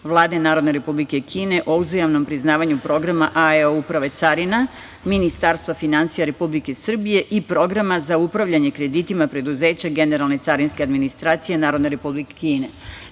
Vlade Narodne Republike Kine o uzajamnom priznavanju Programa AEO Uprave carina Ministarstva finansija Republike Srbije i Programa za upravljanje kreditima preduzeća Generalne carinske administracije Narodne Republike